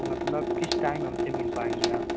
मतलब किस टाइम हमसे मिल पाएँगे आप